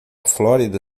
flórida